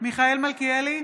מיכאל מלכיאלי,